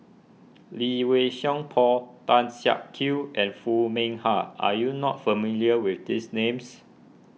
Lee Wei Song Paul Tan Siak Kew and Foo Mee Har are you not familiar with these names